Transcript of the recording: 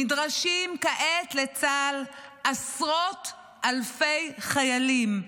נדרשים כעת לצה"ל עשרות אלפי חיילים.